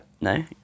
no